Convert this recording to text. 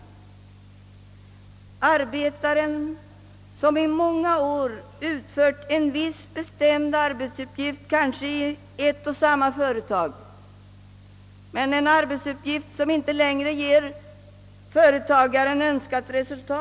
Det är arbetaren som i många år utfört en viss bestämd arbetsuppgift kanske i ett och samma företag men en arbetsuppgift som inte längre ger företagaren önskat resultat.